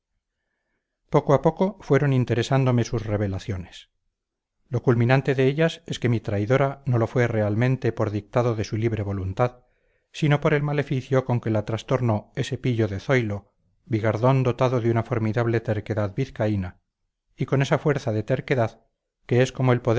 poco a poco fueron interesándome sus revelaciones lo culminante de ellas es que mi traidora no lo fue realmente por dictado de su libre voluntad sino por el maleficio con que la trastornó ese pillo de zoilo bigardón dotado de una formidable terquedad vizcaína y con esa fuerza de terquedad que es como el